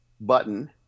button